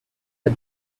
put